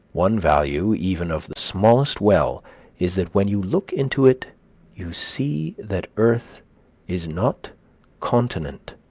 one value even of the smallest well is, that when you look into it you see that earth is not continent